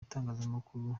itangazamakuru